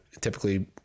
typically